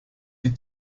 die